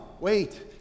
Wait